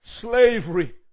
slavery